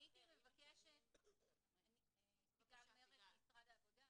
אני ממשרד העבודה,